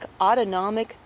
autonomic